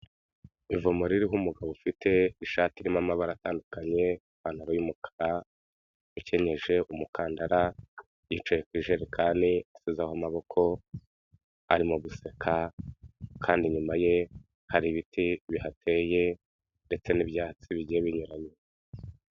Ivomo ririho umugabo ufite ishati irimo amabara atandukanye, ipantaro y'umukara ikenyeje umukandara, yicaye ku ijerekani asizeho amaboko, arimo guseka kandi inyuma ye hari ibiti bihateye, ndetse n'ibyatsi bigiye binyuranye.